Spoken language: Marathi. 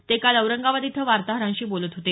ते काल औरंगाबाद इथं वार्ताहरांशी बोलत होते